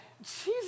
Jesus